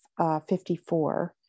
54